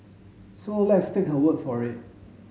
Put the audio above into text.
so let's take her word for it